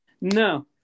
No